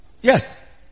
Yes